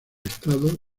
estado